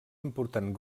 important